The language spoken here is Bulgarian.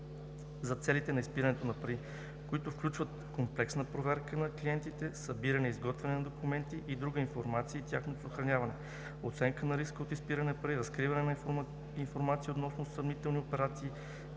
за целите на изпирането на пари, които включват комплексна проверка на клиентите, събиране и изготвяне на документи и друга информация и тяхното съхраняване, оценка на риска от изпиране на пари, разкриване на информация относно съмнителни операции,